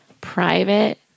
private